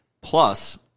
Plus